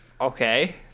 Okay